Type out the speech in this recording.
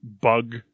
bug